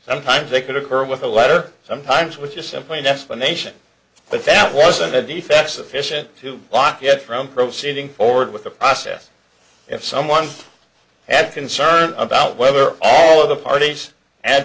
sometimes they could occur with a letter sometimes with just simply an explanation but that wasn't a defect sufficient to block it from proceeding forward with the process if someone had concerns about whether all of the parties and